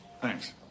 Thanks